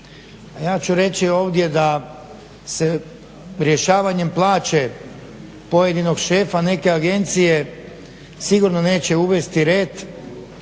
ja ću reći ovdje da se rješavanjem plaće pojedinog šefa neke agencije sigurno neće uvesti red